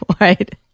Right